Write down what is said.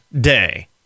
Day